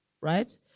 right